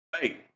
Hey